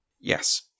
Yes